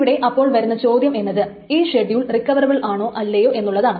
ഇവിടെ അപ്പോൾ വരുന്ന ചോദ്യം എന്നത് ഈ ഷെഡ്യൂൾ റിക്കവറബിൾ ആണോ അല്ലയോ എന്നുള്ളതാണ്